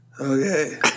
okay